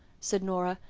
said nora,